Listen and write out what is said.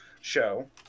show